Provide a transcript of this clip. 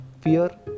fear